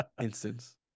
instance